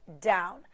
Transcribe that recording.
down